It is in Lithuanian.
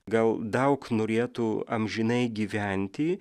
gal daug norėtų amžinai gyventi